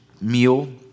meal